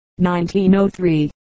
1903